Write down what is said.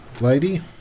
Lady